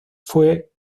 fue